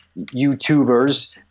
YouTubers